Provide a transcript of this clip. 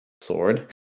sword